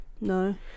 No